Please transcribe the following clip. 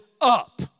up